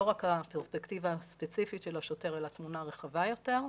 לא רק הפרספקטיבה הספציפית של השוטר אלא תמונה רחבה יותר.